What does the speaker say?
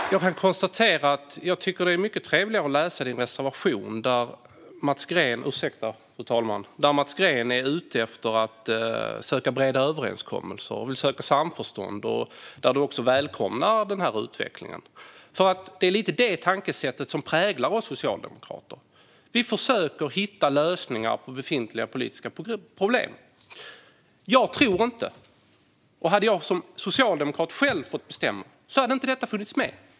Fru talman! Jag konstaterar att det är mycket trevligare att läsa Mats Greens reservation där han är ute efter att söka breda överenskommelser, söka samförstånd och välkomna utvecklingen. Det är det tankesättet som präglar oss socialdemokrater. Vi försöker hitta lösningar på befintliga politiska problem. Om jag som socialdemokrat själv hade fått bestämma hade detta inte funnits med.